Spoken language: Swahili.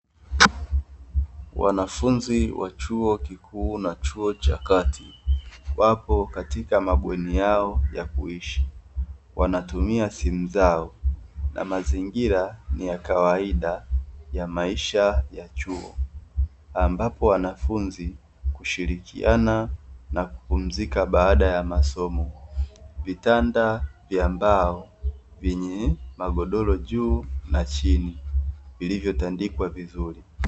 Wanafunzi wa chuo kikuu na chuo cha kati wapo katika mabweni yao ya kuishi, wanatumia simu zao na mazingira ni ya kawaida ya maisha ya chuo ambapo wanafunzi hushirikiana na kupumzika baada ya masomo, vitanda vya mbao vyenye magodoro juu na chini vilivyotandikwa vizuri.